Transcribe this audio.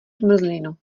zmrzlinu